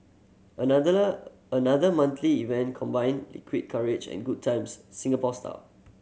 another monthly event combining liquid courage and good times Singapore style